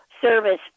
service